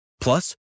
Plus